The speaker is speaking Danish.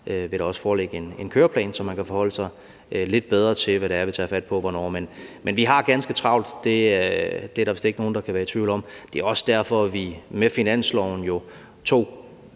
vil der også foreligge en køreplan, så man kan forholde sig lidt bedre til, hvad det er, vi tager fat på og hvornår. Men vi har ganske travlt, det er der vist ikke nogen der kan være i tvivl om. Det er også derfor, vi med finansloven jo